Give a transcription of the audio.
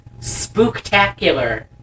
spooktacular